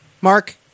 Mark